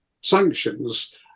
sanctions